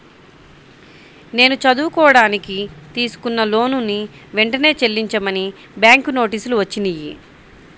నేను చదువుకోడానికి తీసుకున్న లోనుని వెంటనే చెల్లించమని బ్యాంకు నోటీసులు వచ్చినియ్యి